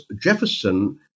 Jefferson